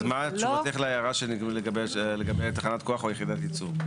אז מה תשובתך להערה לגבי תחנת כוח או יחידת ייצור?